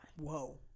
Whoa